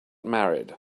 married